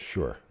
Sure